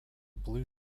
blue